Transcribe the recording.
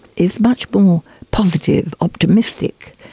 is much more positive, optimistic,